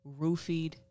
roofied